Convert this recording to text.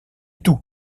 tout